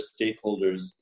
stakeholders